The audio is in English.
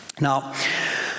Now